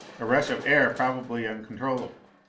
a rush of air, probably uncontrollable.